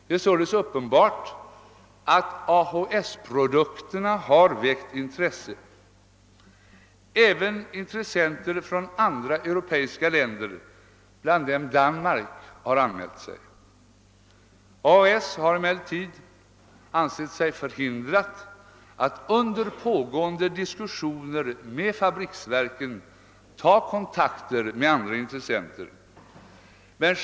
Det är således uppenbart att AHS-produkterna har väckt intresse. Även intressenter från andra europeiska länder, bland dem Danmark, har givit sig till känna. AHS har emellertid ansett sig förhindrat att under pågående diskussioner med fabriksverken ta kontakter med andra «intressenter.